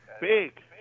big